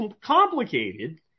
complicated